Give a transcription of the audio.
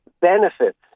benefits